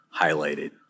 highlighted